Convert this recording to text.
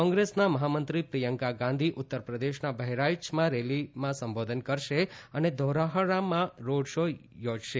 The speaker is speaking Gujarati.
કોંગ્રેસના મહામંત્રી પ્રિયંકા ગાંધી ઉત્તરપ્રદેશના બહરાઇચમાં રેલીમાં સંબોધન કરશે તથા ધૌરાહરામાં રોડ શો યોજશે